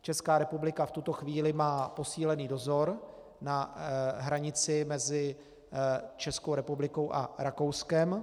Česká republika má v tuto chvíli posílený dozor na hranici mezi Českou republikou a Rakouskem.